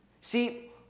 See